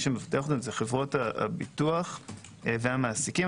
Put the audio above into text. זה חברות הביטוח והמעסיקים.